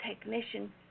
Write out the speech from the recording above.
technician